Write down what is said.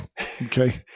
Okay